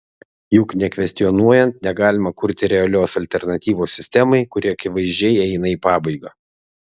juk nekvestionuojant negalima kurti realios alternatyvos sistemai kuri akivaizdžiai eina į pabaigą